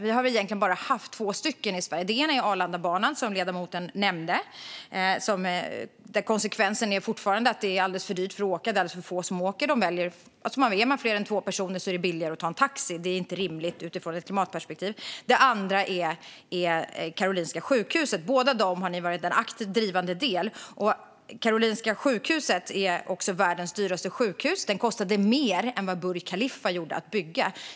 Vi har väl egentligen bara haft två stycken i Sverige. Den ena är Arlandabanan, som ledamoten nämnde, och där resultatet fortfarande är att det är alldeles för dyrt att åka. Det är alldeles för få som åker Arlandabanan. Är man fler än två personer är det billigare att ta en taxi, och det är inte rimligt utifrån ett klimatperspektiv. Den andra OPS-lösningen är Karolinska sjukhuset. Ni har varit en aktivt drivande del i båda dessa projekt, Magnus Jacobsson. Karolinska sjukhuset är världens dyraste sjukhus; det kostade mer att bygga än Burj Khalifa gjorde.